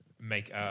make